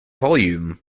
volume